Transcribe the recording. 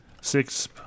Six